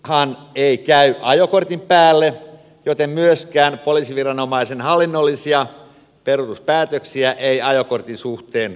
vesiliikennejuopumushan ei käy ajokortin päälle joten myöskään poliisiviranomaisen hallinnollisia peruutuspäätöksiä ei ajokortin suhteen tarvita